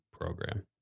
program